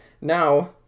Now